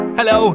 Hello